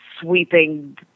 sweeping